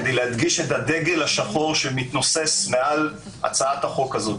כדי להדגיש את הדגל השחור שמתנוסס מעל הצעת החוק הזאת.